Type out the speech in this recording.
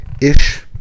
ish